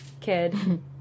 kid